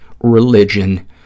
religion